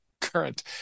current